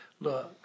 look